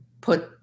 put